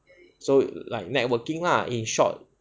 so like networking lah in short